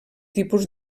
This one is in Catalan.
tipus